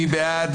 מי בעד?